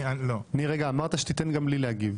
ניר, אמרת שתיתן גם לי להגיב.